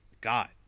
god